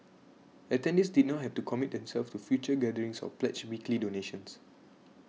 attendees did not have to commit themselves to future gatherings or pledge weekly donations